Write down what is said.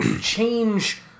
change